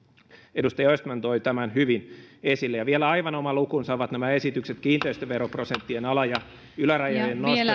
edustaja östman toi tämän hyvin esille vielä aivan oma lukunsa ovat nämä esitykset kiinteistöveroprosenttien ala ja ylärajojen nostoista sekä